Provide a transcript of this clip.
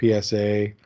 PSA